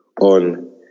On